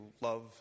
love